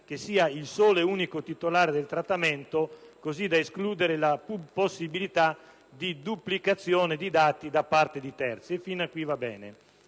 sia il solo e unico titolare del trattamento, così da escludere la possibilità di duplicazione di dati da parte di terzi. Fin qui, siamo